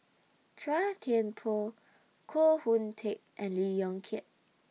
Chua Thian Poh Koh Hoon Teck and Lee Yong Kiat